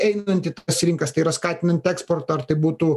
einant į tas rinkas tai yra skatinant eksportą ar tai būtų